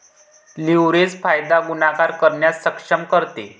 leverage फायदा गुणाकार करण्यास सक्षम करते